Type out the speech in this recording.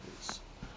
minutes